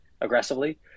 aggressively